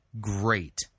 great